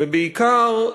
בעיקר,